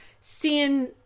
seeing